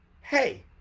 Hey